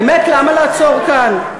באמת, למה לעצור כאן?